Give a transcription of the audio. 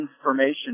information